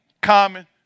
Common